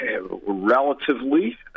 Relatively